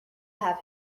have